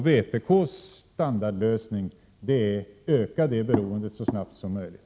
Vpk:s standardlösning är att öka det beroendet så snabbt som möjligt.